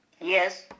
Yes